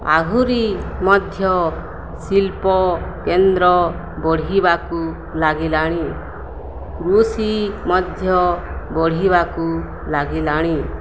ଆହୁରି ମଧ୍ୟ ଶିଳ୍ପ କେନ୍ଦ୍ର ବଢ଼ିବାକୁ ଲାଗିଲାଣି କୃଷି ମଧ୍ୟ ବଢ଼ିବାକୁ ଲାଗିଲାଣି